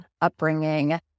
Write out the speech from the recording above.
upbringing